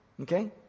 Okay